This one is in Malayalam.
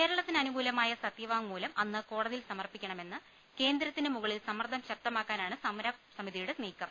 കേരളത്തിനനുകൂലമായ സത്യവാങ്മൂലം അന്ന് കോടതി യിൽ സമർപ്പിക്കണമെന്ന് കേന്ദ്രത്തിന് മുകളിൽ സമ്മർദ്ദം ശക്ത മാക്കാനാണ് സമരസമിതിയുടെ നീക്കം